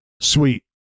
Sweet